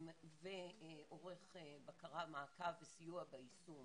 ועורך בקרה, מעקב וסיוע ביישום